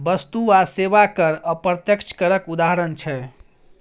बस्तु आ सेबा कर अप्रत्यक्ष करक उदाहरण छै